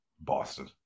Boston